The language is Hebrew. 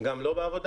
גם לא בעבודה,